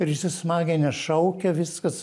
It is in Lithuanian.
ir įsismaginęs šaukia viskas